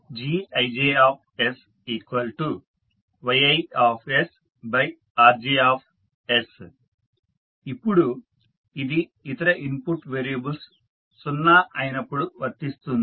GijsYiRj ఇప్పుడు ఇది ఇతర ఇన్పుట్ వేరియబుల్స్ 0 అయినప్పుడు వర్తిస్తుంది